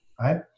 right